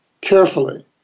carefully